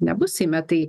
nebus seime tai